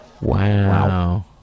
Wow